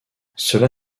cela